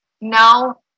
now